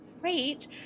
great